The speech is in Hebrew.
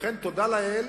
תודה לאל,